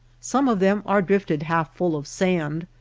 some of them are drifted half full of sand,